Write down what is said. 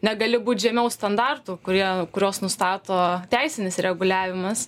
negali būt žemiau standartų kurie kuriuos nustato teisinis reguliavimas